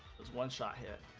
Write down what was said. one shot hit